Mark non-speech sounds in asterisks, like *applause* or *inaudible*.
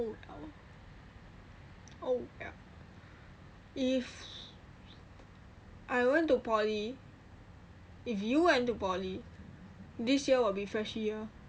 *noise* if I went to poly if you went to poly this year would be fresh year